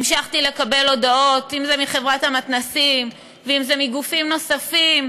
המשכתי לקבל הודעות מחברת המתנ"סים ומגופים נוספים